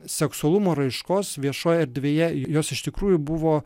seksualumo raiškos viešoj erdvėje jos iš tikrųjų buvo